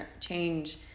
change